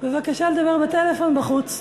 בבקשה לדבר בטלפון בחוץ.